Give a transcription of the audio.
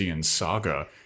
saga